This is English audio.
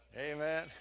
amen